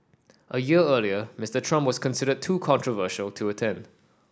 a year earlier Mister Trump was considered too controversial to attend